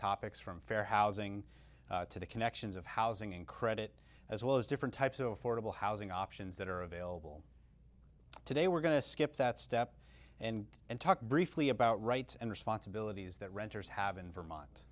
topics from fair housing to the connections of housing and credit as well as different types of affordable housing options that are available today we're going to skip that step and and talk briefly about rights and responsibilities that renters have in vermont